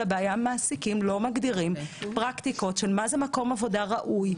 הבעיה מעסיקים לא מגדירים פרקטיקות של מקום עבודה ראוי,